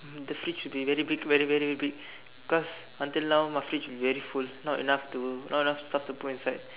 the fridge should be very big very very big because until now my fridge is very full not enough not enough stuff to put inside